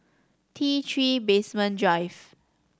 T Three Basement Drive